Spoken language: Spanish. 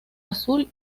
azul